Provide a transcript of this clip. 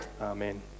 Amen